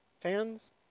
fans